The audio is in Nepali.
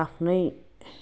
आफ्नै